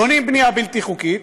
בונים בנייה בלתי חוקית,